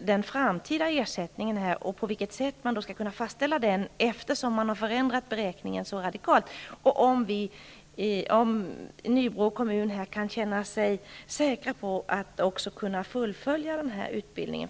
den framtida ersättningen och på vilket sätt man skall kunna fastställa den, eftersom beräkningen har förändrats så radikalt? Kan man i Nybro kommun känna sig säker på att också i framtiden kunna fullfölja den här utbildningen?